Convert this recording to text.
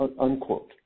unquote